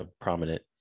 prominent